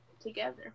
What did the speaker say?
together